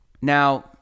Now